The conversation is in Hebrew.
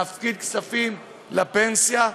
להפריש לפנסיה,